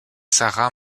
sarah